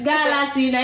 Galaxy